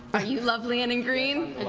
are you lovely and in green?